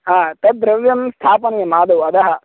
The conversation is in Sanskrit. तद्द्रव्यं स्थापनीयमादौ अधः